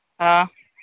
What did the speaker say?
हाँ